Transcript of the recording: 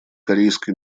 корейской